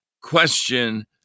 question